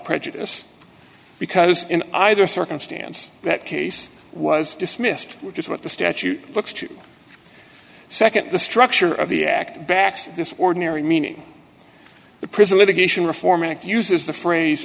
prejudice because in either circumstance that case was dismissed which is what the statute books second the structure of the act backed this ordinary meaning the prison litigation reform act uses the phrase